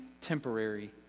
temporary